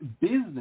business